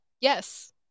Yes